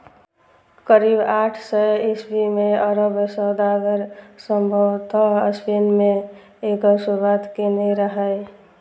करीब आठ सय ईस्वी मे अरब सौदागर संभवतः स्पेन मे एकर शुरुआत केने रहै